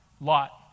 Lot